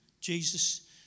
Jesus